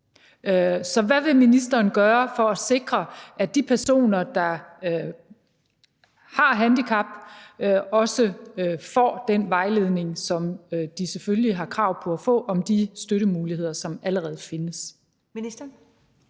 Så hvad vil ministeren gøre for at sikre, at de personer, der har et handicap, også får den vejledning, som de selvfølgelig har krav på at få, om de støttemuligheder, som allerede findes?